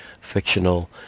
fictional